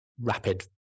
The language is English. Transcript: rapid